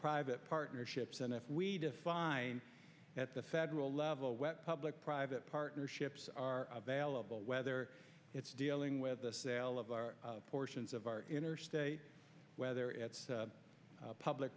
private partnerships and if we define at the federal level whether public private partnerships are available whether it's dealing with the sale of our portions of our interstate whether it's